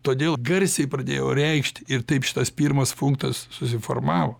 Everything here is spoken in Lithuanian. todėl garsiai pradėjau reikšti ir taip šitas pirmas punktas susiformavo